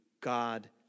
God